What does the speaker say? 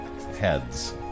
heads